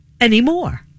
anymore